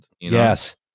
Yes